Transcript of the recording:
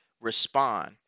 respond